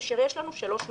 כאשר יש לנו שלוש מדרגות.